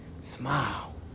Smile